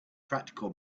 practical